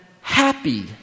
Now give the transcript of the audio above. happy